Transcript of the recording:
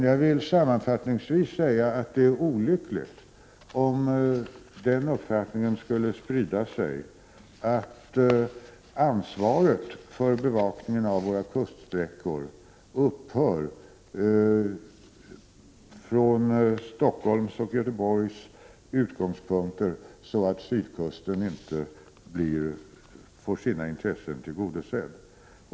Jag vill sammanfattningsvis säga att det vore olyckligt om den uppfattningen skulle sprida sig, att ansvaret för bevakningen av våra kuststräckor upphör i Stockholm och Göteborg, så att sydkusten inte får sina intressen tillgodosedda.